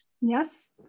Yes